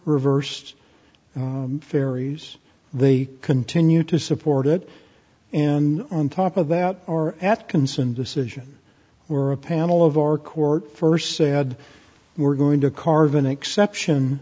reversed faeries they continue to support it and on top of that our atkinson decision or a panel of our court first said we're going to carve an exception